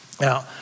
Now